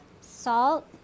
salt